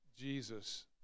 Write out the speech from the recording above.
Jesus